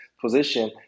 position